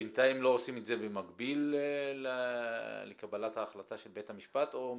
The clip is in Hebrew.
בינתיים לא עושים את זה במקביל לקבלת ההחלטה של בית המשפט או אומרים,